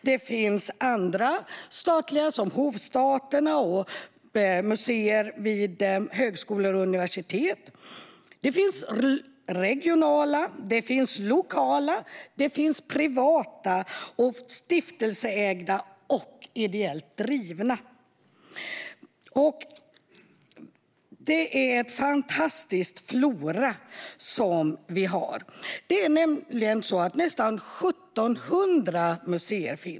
Det finns andra statliga, som Hovstaterna och museer vid högskolor och universitet. Det finns regionala, lokala, privata, stiftelseägda och ideellt drivna museer. Vi har en fantastisk flora av museer! Det finns nämligen nära 1 700 museer.